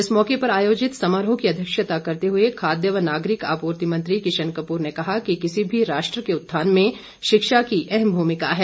इस मौके पर आयोजित समारोह की अध्यक्षता करते हुए खाद्य व नागरिक आपूर्ति मंत्री किशन कपूर ने कहा कि किसी भी राष्ट्र के उत्थान में शिक्षा की अहम भूमिका है